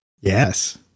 Yes